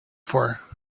for